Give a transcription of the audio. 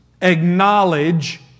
acknowledge